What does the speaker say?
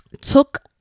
took